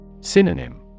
Synonym